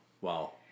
Wow